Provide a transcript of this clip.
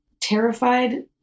terrified